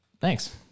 Thanks